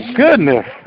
goodness